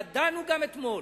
ידענו גם אתמול,